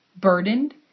burdened